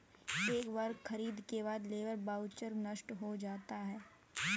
एक बार खरीद के बाद लेबर वाउचर नष्ट हो जाता है